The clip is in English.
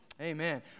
Amen